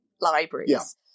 libraries